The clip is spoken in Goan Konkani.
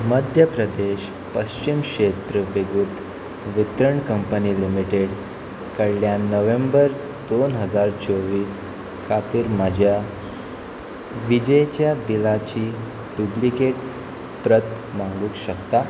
मध्य प्रदेश पश्चीम क्षेत्र विभूत्त वितरण कंपनी लिमिटेड कडल्यान नोव्हेंबर दोन हजार चोवीस खातीर म्हज्या विजेच्या बिलाची डुब्लिकेट प्रत मागूंक शकता